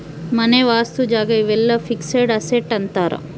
ಮನೆ ವಸ್ತು ಜಾಗ ಇವೆಲ್ಲ ಫಿಕ್ಸೆಡ್ ಅಸೆಟ್ ಅಂತಾರ